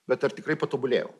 bet ar tikrai patobulėjau